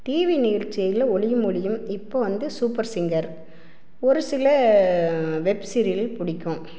TV நிகழ்ச்சியில் ஒலியும் ஒளியும் இப்போ வந்து சூப்பர் சிங்கர் ஒரு சில வெப் சீரியல் பிடிக்கும்